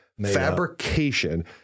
fabrication